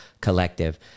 collective